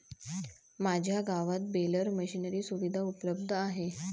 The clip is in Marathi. माझ्या गावात बेलर मशिनरी सुविधा उपलब्ध आहे